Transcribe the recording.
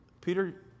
Peter